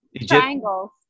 Triangles